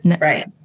Right